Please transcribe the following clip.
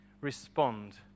respond